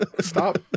Stop